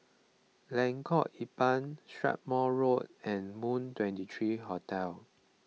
Lengkok Empat Strathmore Road and Moon twenty three Hotel